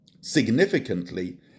Significantly